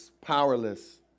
powerless